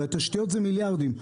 הרי תשתיות זה מיליארדים,